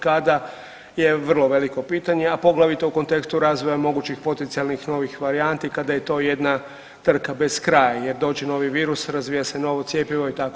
Kada, je vrlo veliko pitanje, a poglavito u kontekstu razvoja mogućnih potencijalnih novih varijanti kada je to jedna trka bez kraja jer dođe novi virus, razvija se novo cjepivo i tako.